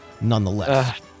nonetheless